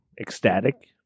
ecstatic